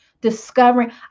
Discovering